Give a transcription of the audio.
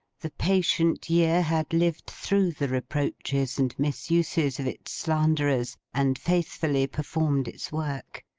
the patient year had lived through the reproaches and misuses of its slanderers, and faithfully performed its work.